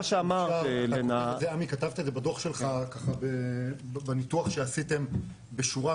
עמי כתבת את זה בדו"ח שלך ככה בניתוח שעשיתם בשורה,